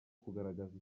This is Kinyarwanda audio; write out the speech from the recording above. kugaragaza